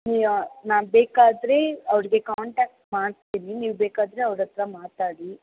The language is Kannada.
ನಿವ್ಯ ನಾ ಬೇಕಾದರೆ ಅವ್ರಿಗೆ ಕಾಂಟಾಕ್ಟ್ ಮಾಡಿಸ್ತೀನಿ ನೀವು ಬೇಕಾದರೆ ಅವ್ರ ಹತ್ರ ಮಾತಾಡಿ